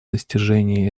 достижении